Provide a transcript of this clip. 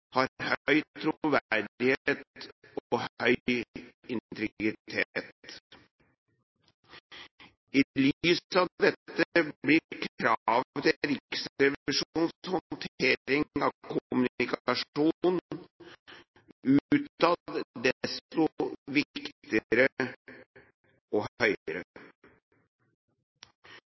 har høy troverdighet og høy integritet. I lys av dette blir kravet til Riksrevisjonens håndtering av kommunikasjon utad desto viktigere og